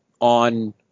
on